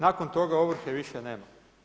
Nakon toga ovrhe više nema.